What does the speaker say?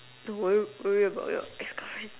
no worry worry about your ex girlfriend